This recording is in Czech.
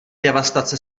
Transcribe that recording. devastace